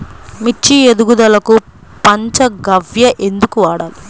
మిర్చి ఎదుగుదలకు పంచ గవ్య ఎందుకు వాడాలి?